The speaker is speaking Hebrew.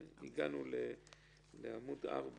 הגענו לעמ' 4,